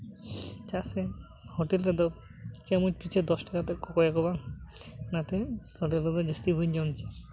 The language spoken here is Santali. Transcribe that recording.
ᱪᱮᱫᱟᱜ ᱥᱮ ᱦᱳᱴᱮᱞ ᱨᱮᱫᱚ ᱪᱟᱢᱚᱪ ᱯᱤᱪᱷᱩ ᱫᱚᱥ ᱴᱟᱠᱟ ᱠᱟᱛᱮᱫ ᱠᱚᱠᱚᱭᱟᱠᱚ ᱵᱟᱝ ᱚᱱᱟᱛᱮ ᱦᱳᱴᱮᱞ ᱨᱮᱫᱚ ᱡᱟᱹᱥᱛᱤ ᱵᱟᱹᱧ ᱡᱚᱢᱟ